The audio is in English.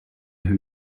who